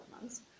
months